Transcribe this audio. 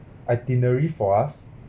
itinerary for us